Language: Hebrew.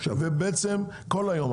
ובעצם יתפוס כל היום.